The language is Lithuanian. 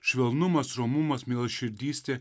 švelnumas romumas mielaširdystė